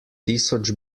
tisoč